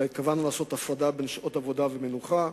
אלא להפריד בין שעות עבודה לשעות מנוחה.